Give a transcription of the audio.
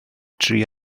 tri